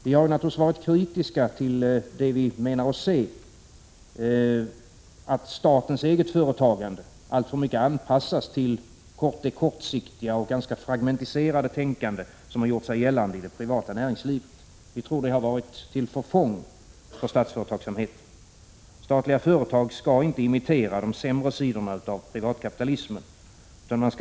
Vi har naturligtvis varit kritiska till att, enligt vår mening, statens eget företagande alltför mycket anpassas till det kortsiktiga och ganska fragmentiserade tänkande som har gjort sig gällande inom det privata näringslivet. Vi tror att detta har varit till förfång för statsföretagsamheten. Statliga företag skall inte imitera de sämre sidorna av privatkapitalismen.